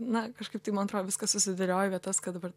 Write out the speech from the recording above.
na kažkaip tai man atrodo viskas susidėliojo į vietas kad dabar